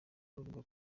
bavuga